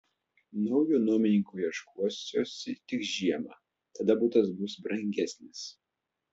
naujo nuomininko ieškosiuosi tik žiemą tada butas bus brangesnis